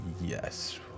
Yes